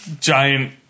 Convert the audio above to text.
giant